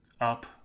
up